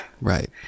Right